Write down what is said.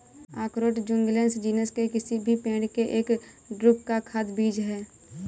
अखरोट Juglans genus के किसी भी पेड़ के एक ड्रूप का खाद्य बीज है